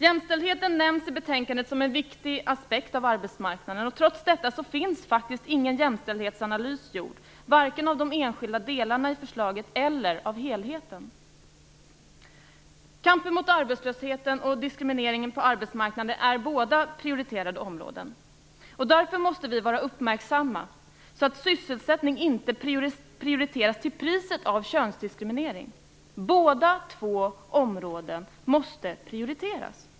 Jämställdheten nämns i betänkandet som en viktig aspekt av arbetsmarknaden. Trots detta finns faktiskt ingen jämställdhetsanalys gjord, varken av de enskilda delarna i förslaget eller av helheten. Kampen mot arbetslösheten och diskrimineringen på arbetsmarknaden är båda prioriterade områden. Därför måste vi vara uppmärksamma så att sysselsättning inte prioriteras till priset av könsdiskriminering. Båda områdena måste prioriteras.